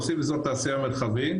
עושים אזור תעשייה מרחבי,